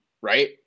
right